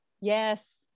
yes